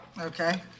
Okay